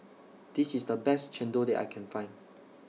This IS The Best Chendol that I Can Find